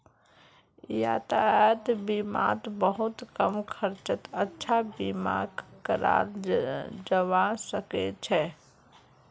यातायात बीमात बहुत कम खर्चत अच्छा बीमा कराल जबा सके छै